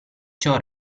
ciò